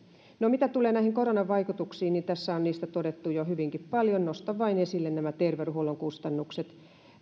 no mitä tulee näihin koronan vaikutuksiin niin tässä on niistä todettu jo hyvinkin paljon nostan vain esille nämä terveydenhuollon kustannukset